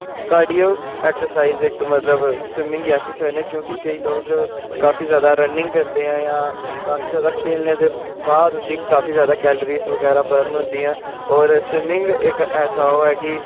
cardio exercise इक मतलब swimming गी आक्खी सकनें क्योंकि केईं लोग काफी ज्यादा रनिंग करदे ऐ जां काफी ज्यादा खेलने दे बाद उं'दी काफी ज्यादा कैलर्जी बगैरा बर्न होंदी ऐं होर स्विमिंग इक ऐसा ओह् ऐ कि